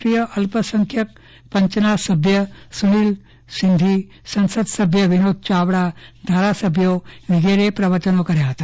રાષ્ટ્રિય અભ્યમપંચના સભ્ફ સુનિલ સિંધ સંસદિય સભ્ય વિનોદ ચાવડા ધારાસભ્યો વગેરે પ્રવચનો કરયા હતા